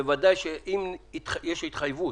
בוודאי שאם יש התחייבות